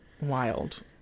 Wild